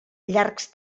llargs